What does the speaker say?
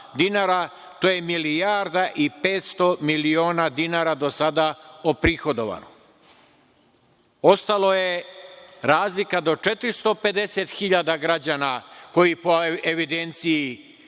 to je milijarda i 500 miliona dinara do sada oprihodovano. Ostalo je razlika do 450 hiljada građana koji po evidenciji